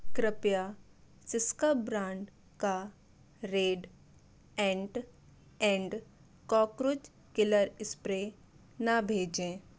कृपया सिसका ब्रांड का red and and cockroach killer spray न भेजें